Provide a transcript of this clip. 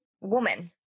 woman